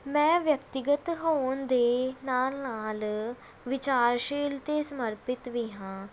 ਮੈਂ ਵਿਅਕਤੀਗਤ ਹੋਣ ਦੇ ਨਾਲ ਨਾਲ ਵਿਚਾਰਸ਼ੀਲ ਅਤੇ ਸਮਰਪਿਤ ਵੀ ਹਾਂ